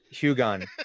Hugon